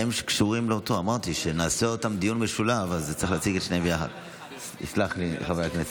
תסלח לי, חבר הכנסת,